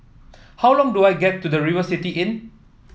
how long do I get to the River City Inn